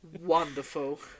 Wonderful